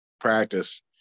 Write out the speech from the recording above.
practice